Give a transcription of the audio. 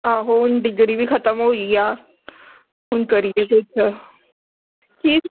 ਆਹੋ ਹੁਣ ਡਿਗਰੀ ਵੀ ਖ਼ਤਮ ਹੋਈ ਆ ਹੁਣ ਕਰੀਏ ਕੁਛ ਕੀ